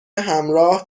همراه